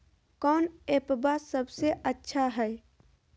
कौन एप्पबा सबसे अच्छा हय?